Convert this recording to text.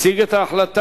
יציג את ההצעה